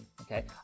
okay